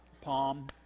Palm